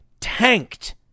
tanked